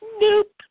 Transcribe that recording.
nope